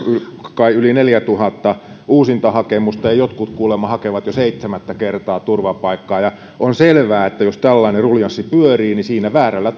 kai yli neljätuhatta uusintahakemusta ja jotkut kuulemma hakevat jo seitsemättä kertaa turvapaikkaa on selvää että jos tällainen ruljanssi pyörii niin siinä väärällä